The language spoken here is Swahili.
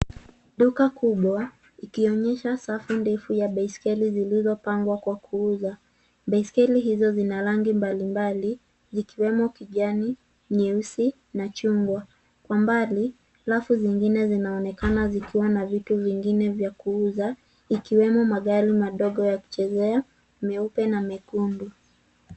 Duka kubwa ikionyesha safu ndefu ya baiskeli zilizopangwa kwa kuuza ,baiskeli hizo zina rangi mbalimbali zikiwemo kijani, nyeusi na chungwa kwa mbali halafu zingine zinaonekana zikiwa na vitu vingine vya kuuza ikiwemo magari madogo ya kuchezea, meupe na mekundu.